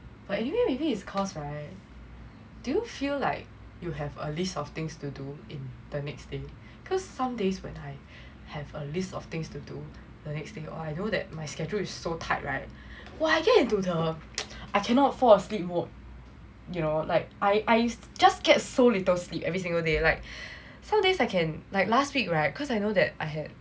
but anyway maybe it's cause right do you feel like you have a list of things to do in the next day cause some days when I have a list of things to do the next thing or I know that my schedule is so tight right well I get into the I cannot fall asleep mode you know like I I just get so little sleep every single day like some days I can like last week right cause I know that I had